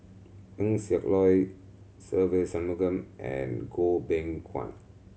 Eng Siak Loy Se Ve Shanmugam and Goh Beng Kwan